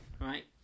right